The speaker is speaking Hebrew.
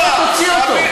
תוציא אותו.